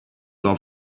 are